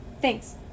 Thanks